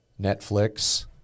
Netflix